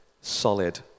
solid